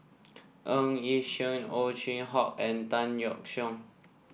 Ng Yi Sheng Ow Chin Hock and Tan Yeok Seong